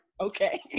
Okay